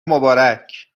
مبارک